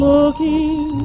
Looking